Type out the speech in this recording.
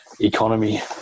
economy